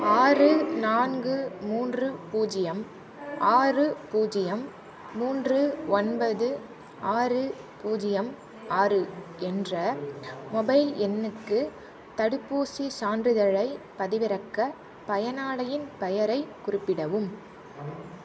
ஆறு நான்கு மூன்று பூஜ்ஜியம் ஆறு பூஜ்ஜியம் மூன்று ஒன்பது ஆறு பூஜ்ஜியம் ஆறு என்ற மொபைல் எண்ணுக்கு தடுப்பூசிச் சான்றிதழைப் பதிவிறக்க பயனாளியின் பெயரைக் குறிப்பிடவும்